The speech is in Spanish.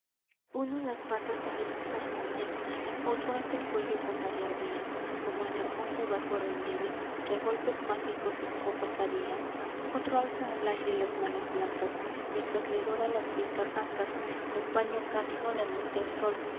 uno las patas rítmicas mueve otro alza el cuello con gallardía como en hermoso bajo relieve que a golpes mágicos scopas haría otro alza al aire las manos blancas mientras le dora las fincas ancas con baño cálido la luz del sol